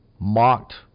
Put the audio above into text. mocked